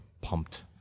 pumped